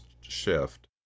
shift